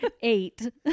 eight